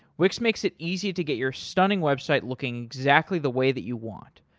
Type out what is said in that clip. wix makes it easy to get your stunning website looking exactly the way that you want.